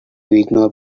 ignore